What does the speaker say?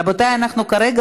רבותיי, אנחנו כרגע